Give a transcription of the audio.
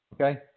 okay